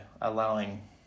allowing